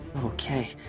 Okay